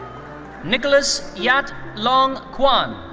nicholas yat long kwan.